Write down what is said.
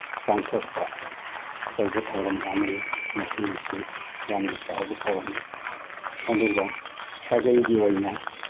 ꯄꯥꯡꯊꯣꯛꯄ ꯑꯆꯧꯕ ꯊꯧꯔꯝ ꯑꯃꯅꯤ ꯃꯁꯤꯃꯁꯨ ꯌꯥꯝꯅ ꯆꯥꯎꯕ ꯊꯧꯔꯝꯅꯤ ꯑꯗꯨꯒ ꯁꯥꯒꯩꯒꯤ ꯑꯣꯏꯅ